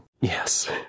yes